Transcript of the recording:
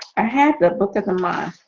i had that book a month,